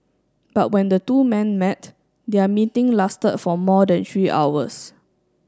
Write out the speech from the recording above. but when the two men met their meeting lasted for more than three hours